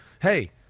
Hey